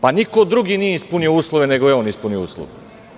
Pa niko drugi nije ispunio uslove, nego je on ispunio uslove?